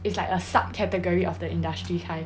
it's like a subcategory of the industry kind